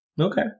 Okay